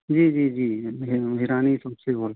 जी जी जी सबसे बोल